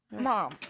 Mom